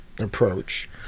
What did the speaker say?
approach